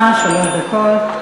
עומדות לרשותך שלוש דקות.